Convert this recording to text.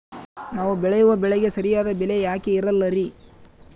ನಾವು ಬೆಳೆಯುವ ಬೆಳೆಗೆ ಸರಿಯಾದ ಬೆಲೆ ಯಾಕೆ ಇರಲ್ಲಾರಿ?